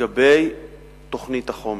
לגבי תוכנית החומש.